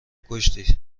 کشتی